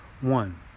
one